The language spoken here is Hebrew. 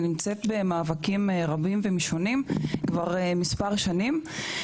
אני נמצאת במאבקים רבים ומגוונים כבר כמה שנים.